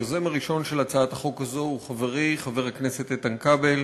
היוזם הראשון של הצעת החוק הזו הוא חברי חבר הכנסת איתן כבל,